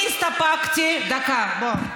אני התאפקתי, דקה, בוא.